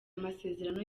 amasezerano